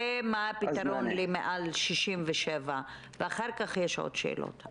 ומה הפתרונות למעל 67. אחר כך יש עוד שאלות.